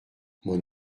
mon